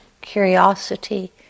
curiosity